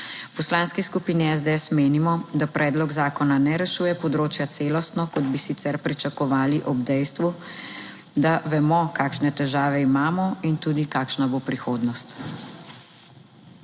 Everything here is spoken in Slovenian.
Poslanski skupini SDS menimo, da predlog zakona ne rešuje področja celostno, kot bi sicer pričakovali ob dejstvu, da vemo kakšne težave imamo in tudi kakšna bo prihodnost.